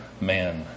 man